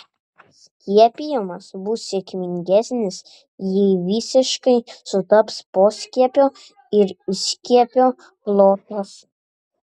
skiepijimas bus sėkmingesnis jei visiškai sutaps poskiepio ir įskiepio plotas